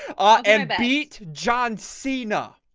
ah and beat john cena